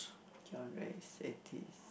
genres eighties